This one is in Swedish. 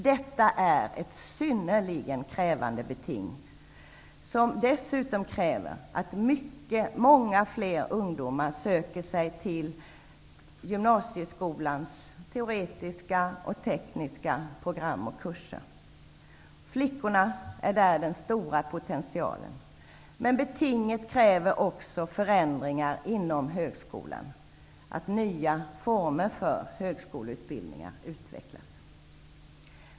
Detta är ett synnerligen krävande beting, som dessutom kräver att många fler ungdomar söker sig till gymnasieskolans teoretiska och tekniska program och kurser. Flickorna är där den stora potentialen. Men betinget kräver också förändringar inom högskolan, att nya former för högskoleutbildningar utvecklas.